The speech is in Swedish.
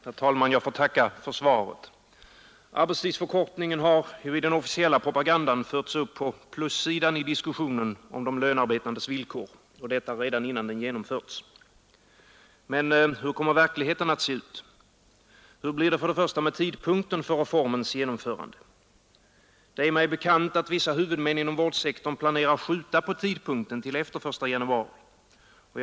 Herr talman! Jag får tacka för svaret. Arbetstidsförkortningen har i den officiella propagandan satts upp på plussidan i diskussionen om de lönarbetandes villkor, och detta redan innan den genomförts. Men hur kommer verkligheten att se ut? Hur blir det för det första med tidpunkten för reformens genomförande? Det är mig bekant att vissa huvudmän inom vårdsektorn planerat att skjuta på tidpunkten till efter den 1 januari 1972.